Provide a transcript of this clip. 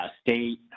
state